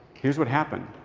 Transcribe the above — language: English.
here's what happened.